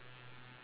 that kind